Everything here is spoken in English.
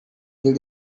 did